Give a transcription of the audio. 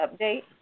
update